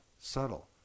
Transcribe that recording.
subtle